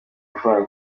amafaranga